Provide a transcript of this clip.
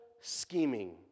scheming